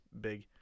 big